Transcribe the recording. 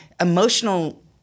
emotional